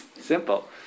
simple